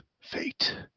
Fate